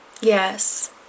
yes